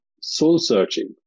soul-searching